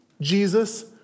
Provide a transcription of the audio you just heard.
Jesus